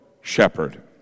shepherd